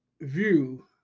view